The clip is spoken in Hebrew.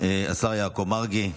השר יעקב מרגי,